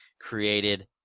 created